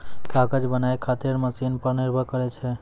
कागज बनाय खातीर मशिन पर निर्भर करै छै